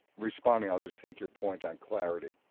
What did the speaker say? responding, i'll just take your point on clarity.